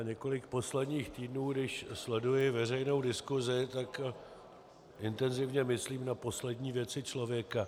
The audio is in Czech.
Několik posledních týdnů, když sleduji veřejnou diskusi, tak intenzivně myslím na poslední věci člověka.